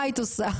מה היית עושה?